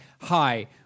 hi